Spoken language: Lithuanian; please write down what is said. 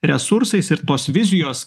resursais ir tos vizijos